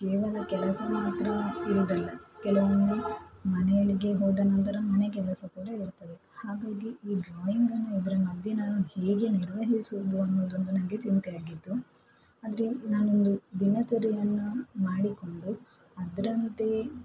ಕೇವಲ ಕೆಲಸ ಮಾತ್ರ ಇರುವುದಲ್ಲ ಕೆಲವೊಮ್ಮೆ ಮನೆಯಲ್ಗೆ ಹೋದ ನಂತರ ಮನೆ ಕೆಲಸ ಕೂಡ ಇರ್ತದೆ ಹಾಗಾಗಿ ಈ ಡ್ರಾಯಿಂಗನ್ನು ಇದರ ಮಧ್ಯೆ ನಾನು ಹೇಗೆ ನಿರ್ವಹಿಸುವುದು ಅನ್ನೋದೊಂದು ನನಗೆ ಚಿಂತೆ ಆಗಿತ್ತು ಆದರೆ ನಾನೊಂದು ದಿನಚರಿಯನ್ನು ಮಾಡಿಕೊಂಡು ಅದರಂತೆ